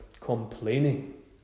complaining